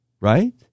right